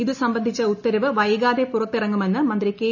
ഇതുസംബന്ധിച്ച ഉത്തരവ് വൈകാതെ പുറത്തിറങ്ങുമെന്ന് മന്ത്രി കെ